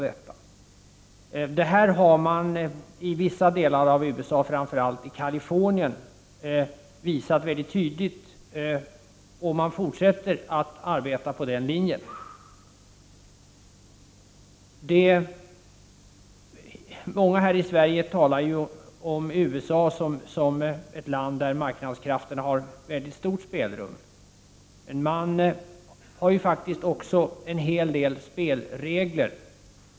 Detta har mani vissa delar av USA, framför allt i Californien, visat mycket tydligt, och man fortsätter att arbeta på den linjen. Många här i Sverige talar om USA som ett land där marknadskrafterna har mycket stort spelrum, men man har också en hel del spelregler.